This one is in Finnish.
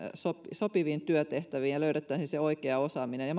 sopiviin työtehtäviin ja löydettäisiin se oikea osaaminen ja